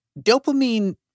dopamine